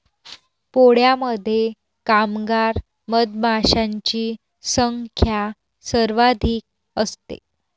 पोळ्यामध्ये कामगार मधमाशांची संख्या सर्वाधिक असते